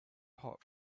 hot